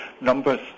numbers